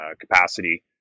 capacity